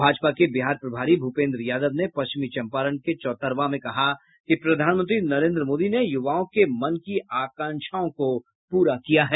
भाजपा के बिहार प्रभारी भूपेन्द्र यादव ने पश्चिमी चंपारण के चौतरवा में कहा कि प्रधानमंत्री नरेन्द्र मोदी ने युवाओं के मन की आकांक्षाओं को पूरा किया है